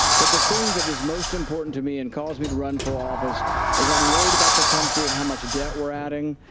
but the thing that is most important to me and caused me to run for office is i'm worried about the country and how much debt we're adding.